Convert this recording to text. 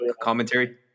commentary